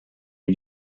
une